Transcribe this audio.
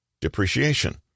depreciation